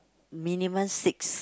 minimum six